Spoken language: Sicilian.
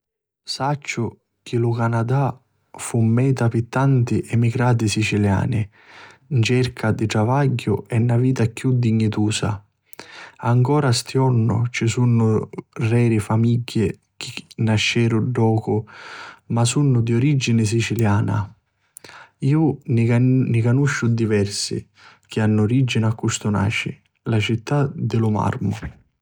Sacciu chi lu Canadà fu meta pi tanti emigranti siciliani 'n cerca di travagghiu e na vita chiù dignitusa. Ancora stiornu ci sunnu reri di famigghi chi nasceru ddocu ma sunnu di origini siciliana. Iu ni canusciu diversi chi hannu origini a Custunaci, la città di lu marmu.